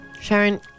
Sharon